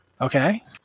Okay